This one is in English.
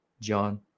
John